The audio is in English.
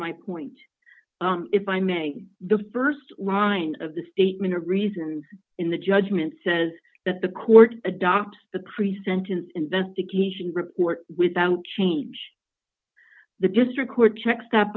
my point if i may the st line of the statement of reason in the judgment says that the court adopts the pre sentence investigation report without change the district court checks